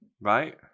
right